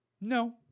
No